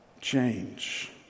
change